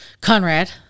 Conrad